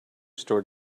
store